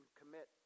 commit